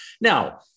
now